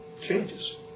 Changes